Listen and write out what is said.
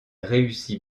réussit